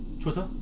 Twitter